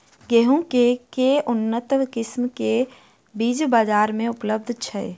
गेंहूँ केँ के उन्नत किसिम केँ बीज बजार मे उपलब्ध छैय?